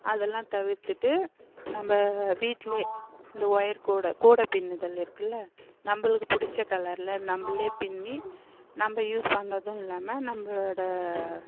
அதெல்லாம் தவிர்த்துவிட்டு நம்ம வீட்டுலேயே இந்த ஒயர் கூடை கூடை பின்னுதல் இருக்கில்ல நம்மளுக்கு பிடிச்ச கலரில் நம்மளே பின்னி நம்ம யூஸ் பண்ணுறதும் இல்லாமல் நம்மளோட